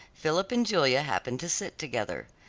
philip and julia happened to sit together.